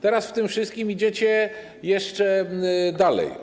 Teraz w tym wszystkim idziecie jeszcze dalej.